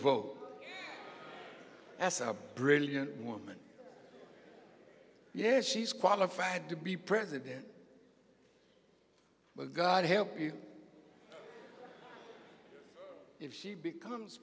vote as a brilliant woman yeah she's qualified to be president but god help you if she becomes